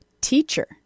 teacher